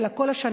אלא כל השנה.